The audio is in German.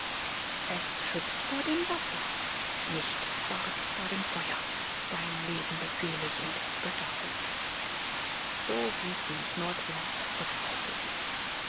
es schützt vor dem wasser nicht wahrt's vor dem feuer dein leben befehle ich in der götter hut so wies sie mich nordwärts mit reisesegen